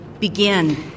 Begin